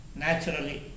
naturally